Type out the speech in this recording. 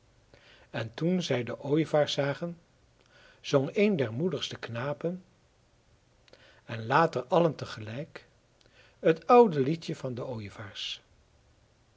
en toen zij de ooievaars zagen zong een der moedigste knapen en later allen tegelijk het oude liedje van de ooievaars